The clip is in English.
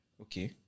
Okay